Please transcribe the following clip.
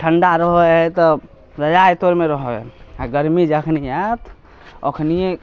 ठण्डा रहय हइ तऽ रजाइ तरमे रहय हइ आओर गरमी जखनी आयत ओखनिये